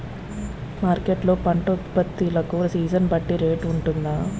Market లొ పంట ఉత్పత్తి లకు సీజన్ బట్టి రేట్ వుంటుందా?